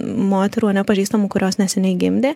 moterų ane pažįstamų kurios neseniai gimdė